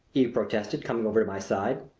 eve protested, coming over to my side.